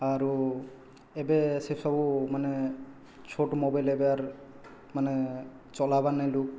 ଆରୁ ଏବେ ସେ ସବୁ ମାନେ ଛୋଟ୍ ମୋବାଇଲ୍ ଏବେର୍ ମାନେ ଚଲାଇବାର୍ ନାଇଁ ଲୁକ୍